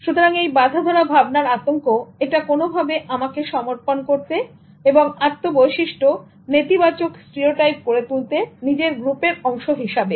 সুতরাং বাঁধাধরা ভাবনার আতঙ্ক এটা কোন ভাবে আমাকে সমর্পণ করতে এবং আত্ম বৈশিষ্ট্য নেতিবাচক স্টিরিওটাইপ করে তুলতে নিজের গ্রুপের অংশ হিসাবে